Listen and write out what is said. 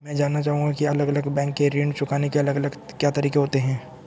मैं जानना चाहूंगा की अलग अलग बैंक के ऋण चुकाने के अलग अलग क्या तरीके होते हैं?